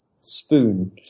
spoon